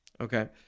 okay